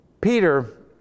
Peter